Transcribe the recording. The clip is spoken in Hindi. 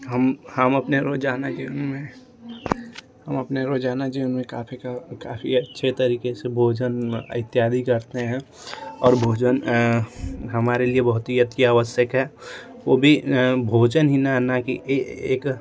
हम हम अपने रोज़ाना जीवन में हम अपने रोज़ाना जीवन में काफ़ी क काफ़ी अच्छे तरीके से भोजन इत्यादि करते हैं और भोजन हमारे लिए बहुत ही अति आवश्यक है वो भी भोजन ही न न कि ए एक